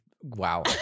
wow